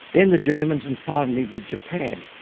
then the germans and finally but japan.